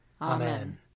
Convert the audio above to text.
Amen